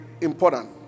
important